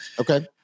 Okay